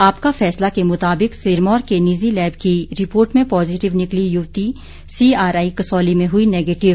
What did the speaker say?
आपका फैसला के मुताबिक सिरमौर के निजी लैब की रिपोर्ट में पॉजिटिव निकली युवती सीआरआई कसौली में हुई निगेटिव